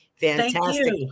Fantastic